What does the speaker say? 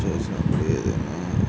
చేసినప్పుడు ఏదైనా